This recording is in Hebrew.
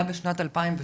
היה בשנת 2017,